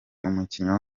umukinnyi